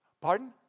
Pardon